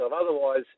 Otherwise